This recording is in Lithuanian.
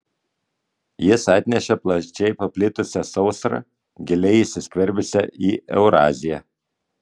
jis atnešė plačiai paplitusią sausrą giliai įsiskverbusią į euraziją